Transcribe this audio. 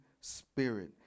spirit